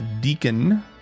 deacon